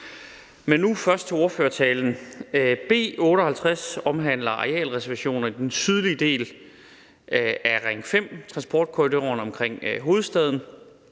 Men nu til ordførertalen. B 58 omhandler arealreservationer i den sydlige Ring 5-transportkorridor omkring hovedstaden.